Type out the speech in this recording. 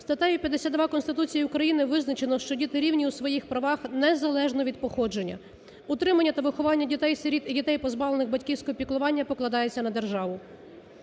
Статтею 52 Конституції України визначено, що діти рівні у своїх правах незалежно від походження. Утримання та виховання дітей-сиріт і дітей, позбавлених батьківського піклування покладається на державу.